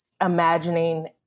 imagining